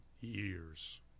years